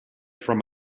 from